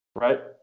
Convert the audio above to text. right